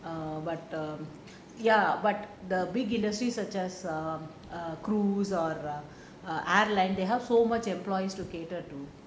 err but err ya but the big industries are just um err cruise or err airline they have so much employees to cater to